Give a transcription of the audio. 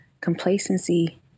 complacency